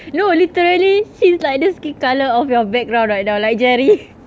no literally she's like the skin colour of your background right now like jerry